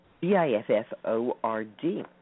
B-I-F-F-O-R-D